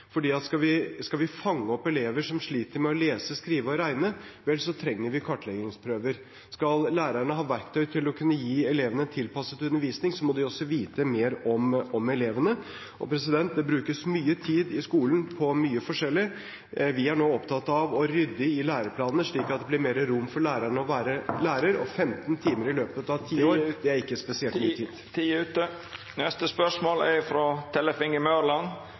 skal vi fange opp elever som sliter med å lese, skrive og regne, trenger vi kartleggingsprøver. Skal lærerne ha verktøy til å kunne gi elevene tilpasset undervisning, må de også vite mer om elevene. Det brukes mye tid i skolen på mye forskjellig. Vi er nå opptatt av å rydde i læreplanene, slik at det blir mer rom for lærerne å være lærer, og 15 timer i løpet av ti år er ikke spesielt mye tid.